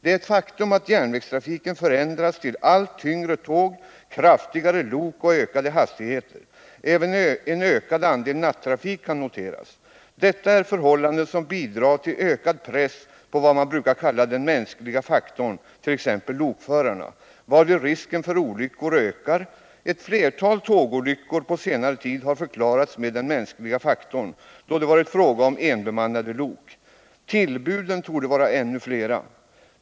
Det är ett faktum att järnvägstrafiken förändras till allt tyngre tåg, kraftigare lok och ökade hastigheter. Även en ökad andel nattrafik kan noteras. Detta är förhållanden som bidrar till en ökad press på vad man brukar kalla den mänskliga faktorn, t.ex. lokförarna, varvid risken för olyckor ökar. Ett flertal tågolyckor på senare tid har förklarats av ”den mänskliga faktorn” då det varit fråga om enbemannade lok. Tillbuden torde vara ännu flera.